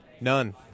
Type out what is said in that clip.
None